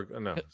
no